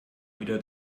wieder